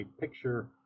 picture